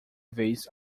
vez